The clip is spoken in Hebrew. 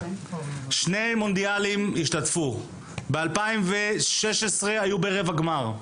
הם השתתפו בשני מונדיאלים וב-2016 הם היו ברבע גמר.